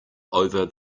over